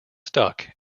stuck